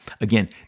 again